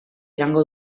iraungo